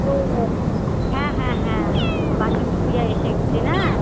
ও হ্যাঁ হ্যাঁ হ্যাঁ বাসন্তী পূজা এসে গেছে না